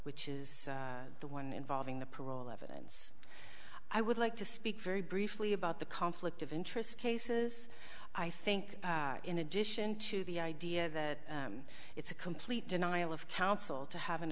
which is the one involving the parole evidence i would like to speak very briefly about the conflict of interest cases i think in addition to the idea that it's a complete denial of counsel to have an